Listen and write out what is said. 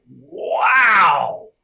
wow